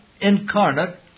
incarnate